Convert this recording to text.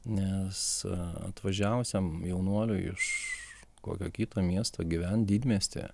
nes atvažiavusiam jaunuoliui iš kokio kito miesto gyvent didmiestyje